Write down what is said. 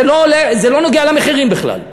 זה לא נוגע למחירים בכלל,